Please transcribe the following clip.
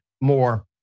more